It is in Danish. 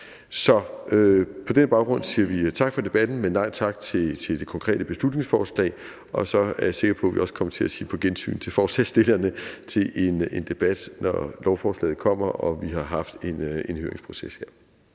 Så på den baggrund siger vi tak for debatten, men nej tak til det konkrete beslutningsforslag, og så er jeg sikker på, at vi også kommer til at sige på gensyn til forslagsstillerne til en debat, når lovforslaget kommer og vi her har haft en høringsproces.